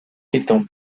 étant